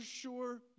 sure